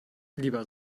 lieber